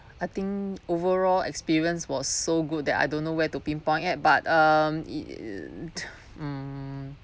I think overall experience was so good that I don't know where to pinpoint at but um it mm